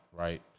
right